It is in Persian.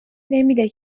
نمیده